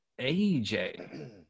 AJ